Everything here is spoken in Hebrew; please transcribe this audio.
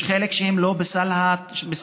יש חלק שהן לא בסל התרופות.